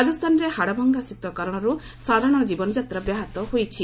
ରାଜସ୍ଥାନରେ ହାଡଭଙ୍ଗା ଶୀତ କାରଣରୁ ସାଧାରଣ ଜୀବନଯାତ୍ରା ବ୍ୟାହତ ହୋଇଛି